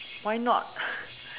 why not